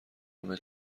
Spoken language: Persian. همه